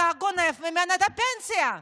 אתה גונב ממנה את הפנסיה,